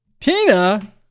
Tina